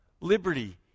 liberty